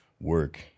work